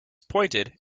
pointed